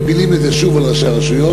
מפילים את זה שוב על ראשי הרשויות.